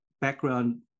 background